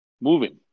moving